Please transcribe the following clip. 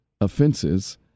offenses